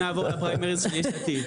תכף נעבור לפריימריז של יש עתיד.